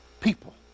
people